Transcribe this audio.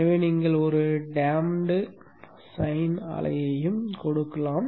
எனவே நீங்கள் ஒரு டேம்டு சைன் அலையையும் கொடுக்கலாம்